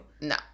No